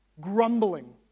grumbling